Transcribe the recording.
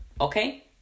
okay